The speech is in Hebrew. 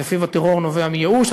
שלפיו הטרור נובע מייאוש,